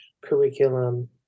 curriculum